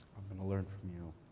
i'm going to learn from you.